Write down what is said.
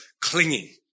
clinging